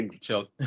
chill